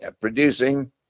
producing